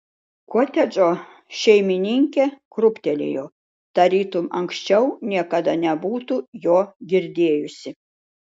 kotedžo šeimininkė krūptelėjo tarytum anksčiau niekada nebūtų jo girdėjusi